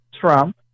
Trump